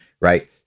right